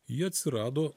jie atsirado